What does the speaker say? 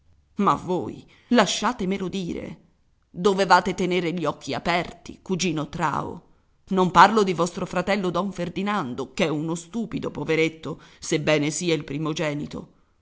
ma voi lasciatemelo dire dovevate tenere gli occhi aperti cugino trao non parlo di vostro fratello don ferdinando ch'è uno stupido poveretto sebbene sia il primogenito